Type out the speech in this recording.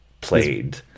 played